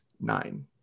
nine